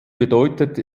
bedeutet